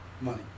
money